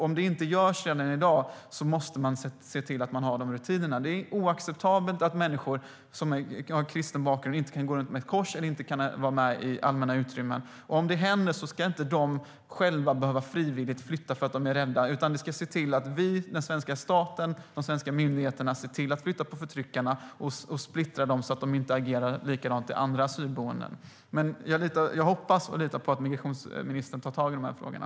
Om det inte görs redan i dag måste man se till att de rutinerna finns. Det är oacceptabelt att människor med kristen bakgrund inte kan gå runt med kors eller vara i allmänna utrymmen. Om det händer ska de inte behöva flytta frivilligt därför att de är rädda, utan vi - den svenska staten och de svenska myndigheterna - ska se till att flytta på förtryckarna och splittra dem, så att de inte agerar likadant i andra asylboenden. Jag hoppas och litar på att migrationsministern tar tag i de här frågorna.